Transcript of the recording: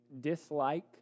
dislike